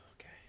Okay